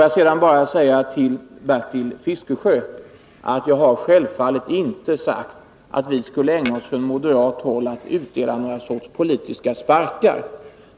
Jag har, Bertil Fiskesjö, självfallet inte sagt att vi från moderat håll skulle ägna oss åt att utdela någon sorts politiska sparkar.